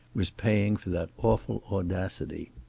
was paying for that awful audacity.